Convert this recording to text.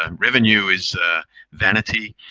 um revenue is vanity.